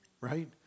Right